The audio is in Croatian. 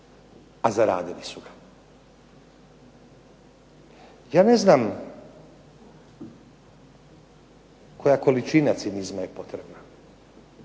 a zaradili su ga. Ja ne znam koja količina cinizma je potrebna,